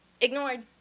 ignored